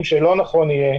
שלא נכון יהיה